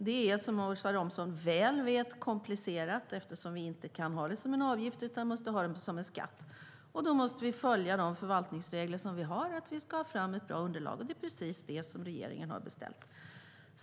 Det är, som Åsa Romson väl vet, komplicerat eftersom vi inte kan ha det som en avgift utan måste ha det som en skatt. Och då måste vi följa de förvaltningsregler som vi har och som säger att vi ska ha ett bra underlag. Det är precis det som regeringen har beställt.